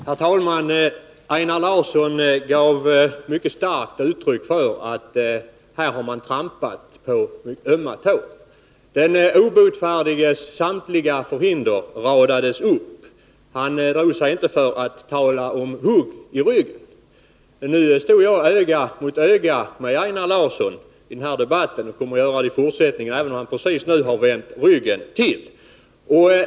Herr talman! Einar Larssons anförande gav ett mycket starkt uttryck för att man här trampat på ömma tår. Den obotfärdiges samtliga förhinder radades upp. Einar Larsson drog sig inte för att tala om hugg i ryggen. Nu står jag öga mot öga med Einar Larsson i den här debatten och kommer att göra det också i fortsättningen, även om han nu precis har vänt ryggen till.